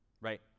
right